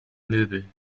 möbel